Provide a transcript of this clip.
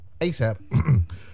ASAP